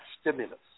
stimulus